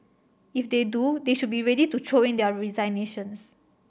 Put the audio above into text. if they do they should be ready to throw in their resignations